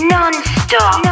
Non-stop